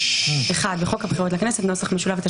(תיקון עדכון כתובת לצורכי בחירות),